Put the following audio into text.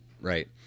Right